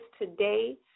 today